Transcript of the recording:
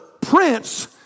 prince